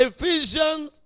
Ephesians